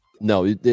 no